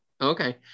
okay